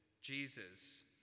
Jesus